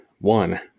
One